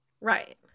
Right